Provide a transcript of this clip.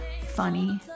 funny